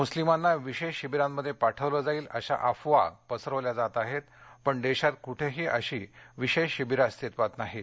मुस्लिमांना विशेष शिबिरांमध्ये पाठवले जाईल अशा अफवा पसरवल्या जात आहेत पण देशात कुठेही अशी विशेष शिबिरं अस्तित्वात नाहीत